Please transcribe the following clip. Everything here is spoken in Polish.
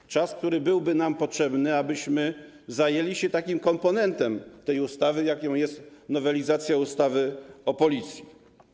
Ten czas byłby nam potrzebny, abyśmy zajęli się komponentem tej ustawy, jakim jest nowelizacja ustawy o Policji.